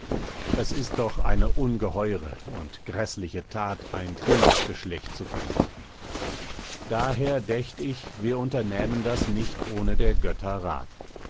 es ist doch eine ungeheure und gräßliche that ein königsgeschlecht zu vernichten daher dächt ich wir unternähmen das nicht ohne der götter rat